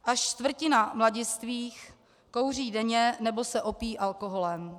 Až čtvrtina mladistvých kouří denně nebo se opíjí alkoholem.